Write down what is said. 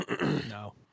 No